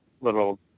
little